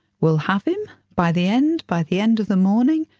we'll have him. by the end, by the end of the morning,